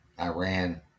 Iran